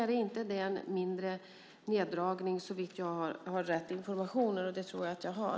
Det är en mindre neddragning, såvitt jag har rätt information, och det tror jag att jag har.